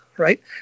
Right